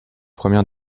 premières